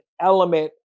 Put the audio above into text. element